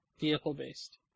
vehicle-based